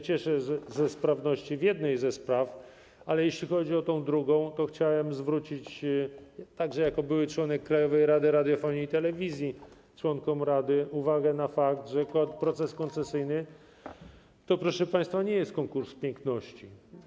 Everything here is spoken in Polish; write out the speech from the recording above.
Cieszę się ze sprawności w jednej ze spraw, ale jeśli chodzi o tę drugą, to chciałem zwrócić - także jako były członek Krajowej Rady Radiofonii i Telewizji - członkom rady uwagę na fakt, że proces koncesyjny to, proszę państwa, nie jest konkurs piękności.